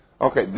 Okay